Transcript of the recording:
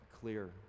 clear